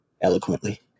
eloquently